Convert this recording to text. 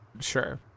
Sure